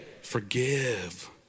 Forgive